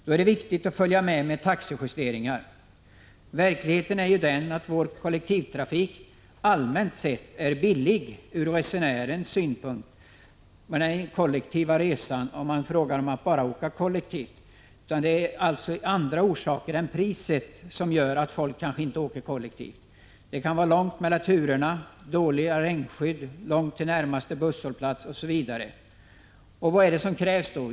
Det är då viktigt att huvudmännen följer med genom taxejusteringar. Verkligheten är ju den, att vår kollektivtrafik är billig för resenären när man ser det ur taxesynpunkt. Jag har flera gånger hävdat att det inte är priset på den kollektiva resan som gör att många inte åker kollektivt. Orsakerna kan i stället vara att det är för långt mellan turerna, att regnskydden är dåliga, att det är långt till närmaste busshållplats, OSV. Vad är det då som krävs?